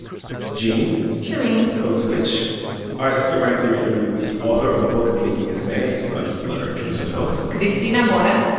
gene shereen code switch all right, let's get right into your interview with the author of the book making hispanics. i will just let her introduce herself cristina mora,